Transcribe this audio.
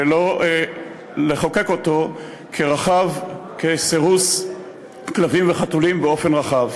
ולא לחוקק אותו כחוק רחב לסירוס כלבים וחתולים באופן רחב.